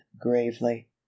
gravely